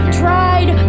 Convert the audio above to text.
tried